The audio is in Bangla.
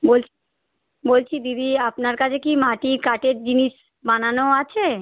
বলছি বলছি দিদি আপনার কাছে কি মাটির কাঠের জিনিস বানানো আছে